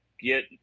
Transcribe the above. get